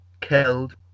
killed